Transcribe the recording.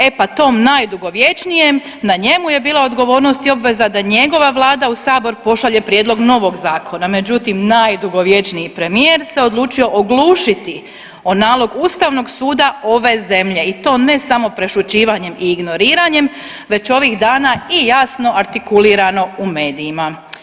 E pa tom najdugovječnijem, na njemu je bila odgovornost i obveza da njegova Vlada u Sabor pošalje prijedlog novog zakona, međutim, najdugovječniji premijer se odlučio oglušiti o nalog Ustavnog suda ove zemlje i to ne samo prešućivanjem i ignoriranjem već ovih dana i jasno artikulirano u medijima.